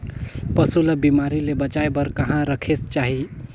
पशु ला बिमारी ले बचाय बार कहा रखे चाही?